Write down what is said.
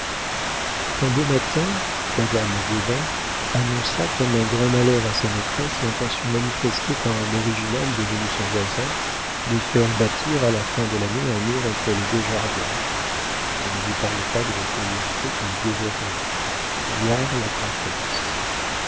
un beau matin madame gobain annonça comme un grand malheur à sa maîtresse l'intention manifestée par un original devenu son voisin de faire bâtir à la fin de l'année un mur entre les deux jardins je ne vous parle pas de la curiosité qui me dévorait voir la comtesse